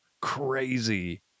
Crazy